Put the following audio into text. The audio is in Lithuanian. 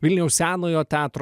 vilniaus senojo teatro